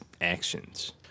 actions